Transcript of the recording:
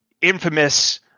infamous